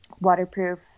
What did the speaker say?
waterproof